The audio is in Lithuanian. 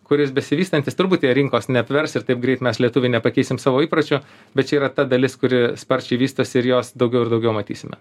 kuris besivystantis turbūt jie rinkos neapvers ir taip greit mes lietuviai nepakeisim savo įpročių bet čia yra ta dalis kuri sparčiai vystosi ir jos daugiau ir daugiau matysime